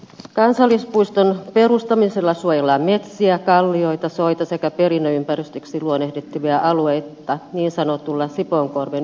kansallispuiston perustamisella suojellaan metsiä kallioita soita sekä perinneympäristöksi luonnehdittavia alueita niin sanotulla sipoonkorven ydinalueella